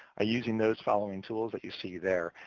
ah using those following tools that you see there.